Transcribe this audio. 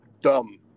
dumb